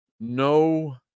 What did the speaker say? no